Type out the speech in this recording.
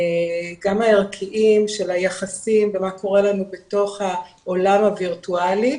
גם הערכיים של היחסים ומה קורה לנו בתוך העולם הווירטואלי,